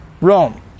Rome